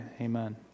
Amen